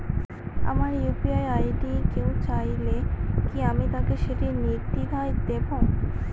আমার UPI ID কেউ চাইলে কি আমি তাকে সেটি নির্দ্বিধায় দেব?